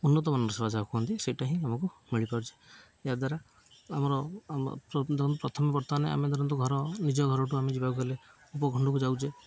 ଉନ୍ନତମାନର ସେବା ଯାହା କୁହନ୍ତି ସେଇଟା ହିଁ ଆମକୁ ମିଳିପାରୁଛି ଏହାଦ୍ୱାରା ଆମର ଆମ ପ୍ରଥମେ ବର୍ତ୍ତମାନ ଆମେ ଧରନ୍ତୁ ଘର ନିଜ ଘରଠୁ ଆମେ ଯିବାକୁ ଗଲେ ଉପଖଣ୍ଡକୁ ଯାଉଛେ